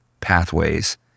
pathways